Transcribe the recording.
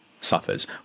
suffers